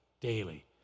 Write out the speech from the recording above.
daily